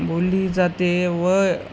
बोलली जाते व